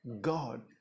God